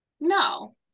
no